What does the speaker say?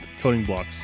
codingblocks